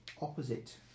opposite